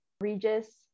Regis